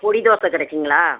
பொடி தோசை கிடைக்குங்களா